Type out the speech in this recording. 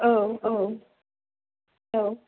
औ औ औ